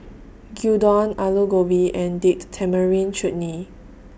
Gyudon Alu Gobi and Date Tamarind Chutney